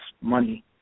money